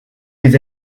les